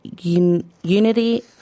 unity